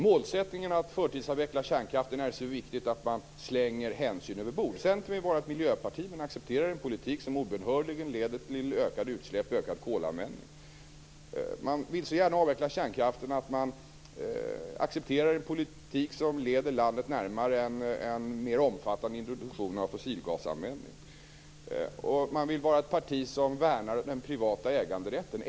Målet att förtidsavveckla kärnkraften är så viktigt att man slänger hänsyn över bord. Centern vill vara ett miljöparti men accepterar en politik som obönhörligen leder till ökade utsläpp och ökad kolanvändning. Man vill så gärna avveckla kärnkraften att man accepterar en politik som leder landet närmare en mer omfattande introduktion av fossilgasanvändning. Centern vill vara ett parti som värnar om den privata äganderätten.